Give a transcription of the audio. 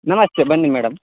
ನಮಸ್ತೆ ಬನ್ನಿ ಮೇಡಮ್